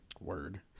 word